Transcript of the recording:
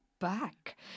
back